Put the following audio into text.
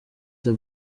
the